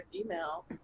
email